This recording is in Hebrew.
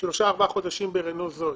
שלושה-ארבעה חודשים ברנו זואי.